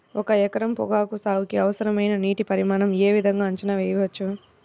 ఒక ఎకరం పొగాకు సాగుకి అవసరమైన నీటి పరిమాణం యే విధంగా అంచనా వేయవచ్చు?